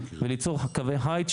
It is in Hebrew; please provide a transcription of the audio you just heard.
וליצור קווי חיץ,